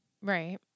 Right